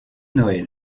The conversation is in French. noël